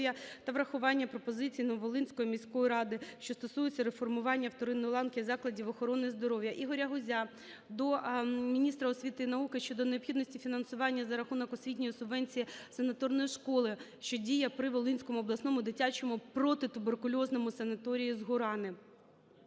та врахування пропозицій Нововолинської міської ради, що стосуються реформування вторинної ланки закладів охорони здоров'я. Ігоря Гузя до міністра освіти і науки щодо необхідності фінансування (за рахунок освітньої субвенції) санаторної школи, що діє при Волинському обласному дитячому протитуберкульозному санаторію "Згорани".